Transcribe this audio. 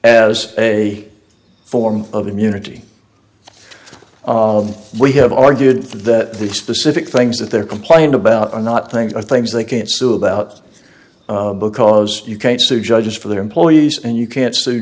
as a form of immunity we have argued that the specific things that they're complained about are not things are things they can't sue about because you can't sue judges for their employees and you can't sue